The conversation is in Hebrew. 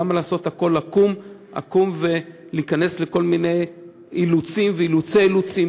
למה לעשות הכול עקום ולהיכנס לכל מיני אילוצים ואילוצי-אילוצים,